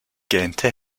gähnte